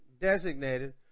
designated